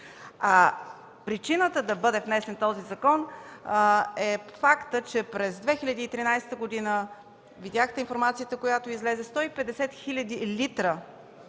Причината да бъде внесен този закон е фактът, че през 2013 г., видяхте информацията, която излезе, 150 хил. литра